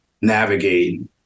navigate